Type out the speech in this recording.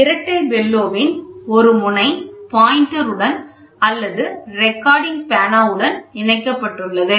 இரட்டை பெல்லோவின் ஒரு முனை பாயின்டர் உடன் அல்லது ரெக்கார்டர் பேனாவுடன் இணைக்கப்பட்டுள்ளது